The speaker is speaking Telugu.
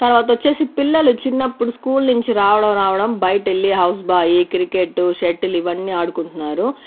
తర్వాత వచ్చేసి పిల్లలు చిన్నప్పుడు స్కూల్ నుంచి రావడం రావడం బయట వెళ్ళి హౌస్ బాయ్ క్రికెట్ షటిల్ ఇవన్నీ ఆడుకుంటున్నారు